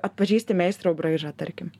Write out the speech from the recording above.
atpažįsti meistro braižą tarkim